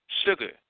Sugar